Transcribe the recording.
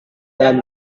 dalam